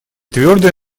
твердое